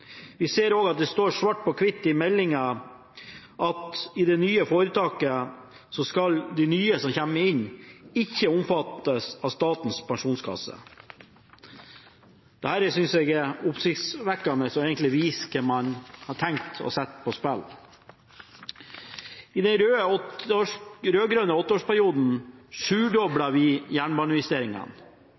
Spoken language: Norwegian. Vi ser også at det står svart på hvitt i meldingen at de nye som kommer inn i det nye foretaket, ikke skal omfattes av Statens pensjonskasse. Dette synes jeg er oppsiktsvekkende og egentlig viser hva man har tenkt å sette på spill. I den rød-grønne åtteårsperioden sjudoblet vi jernbaneinvesteringene